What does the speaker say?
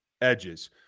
edges